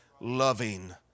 loving